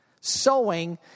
Sowing